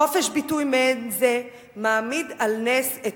חופש ביטוי מעין זה מעמיד על נס את